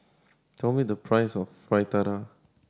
tell me the price of Fritada